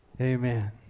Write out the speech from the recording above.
Amen